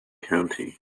county